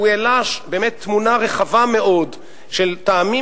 הוא העלה באמת תמונה רחבה מאוד של טעמים